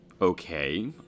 Okay